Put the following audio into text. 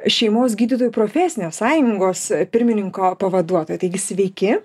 šeimos gydytojų profesinės sąjungos pirmininko pavaduotoja taigi sveiki